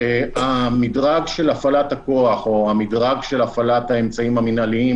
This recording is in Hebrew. המדרג של הפעלת הכוח או המדרג של הפעלת האמצעים המינהליים